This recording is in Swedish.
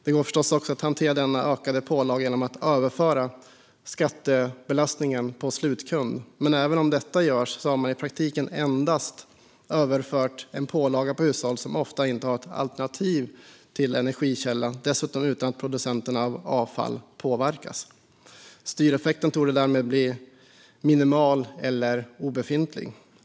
Det går förstås också att hantera denna ökade pålaga genom att överföra skattebelastningen på slutkund. Men även om detta görs har man i praktiken endast överfört en pålaga på hushåll som ofta inte har ett alternativ till energikälla, dessutom utan att producenterna av avfall påverkas. Styreffekten torde därmed bli minimal eller obefintlig.